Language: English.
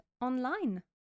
online